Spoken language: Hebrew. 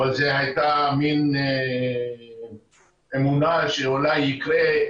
אבל זו הייתה מין אמונה שאולי יקרה,